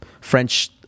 French